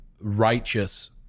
righteous